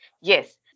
Yes